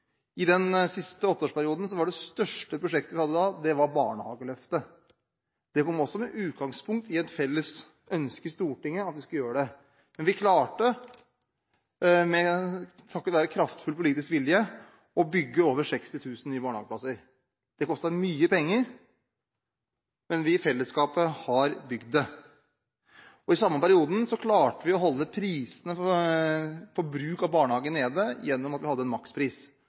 I den siste åtteårsperioden var barnehageløftet det største prosjektet vi hadde. Det kom også med utgangspunkt i et felles ønske i Stortinget om at vi skulle gjøre det. Vi klarte, takket være kraftfull politisk vilje, å bygge over 60 000 nye barnehageplasser. Det kostet mye penger, men vi har bygd det i fellesskap. I samme perioden klarte vi å holde prisene på bruk av barnehager nede gjennom at vi hadde en makspris.